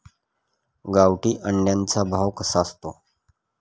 गावठी अंड्याचा भाव कसा असतो?